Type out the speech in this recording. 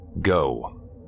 Go